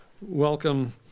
welcome